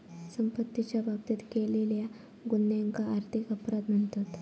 संपत्तीच्या बाबतीत केलेल्या गुन्ह्यांका आर्थिक अपराध म्हणतत